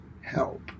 help